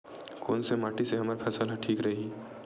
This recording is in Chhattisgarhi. कोन से माटी से हमर फसल ह ठीक रही?